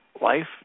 Life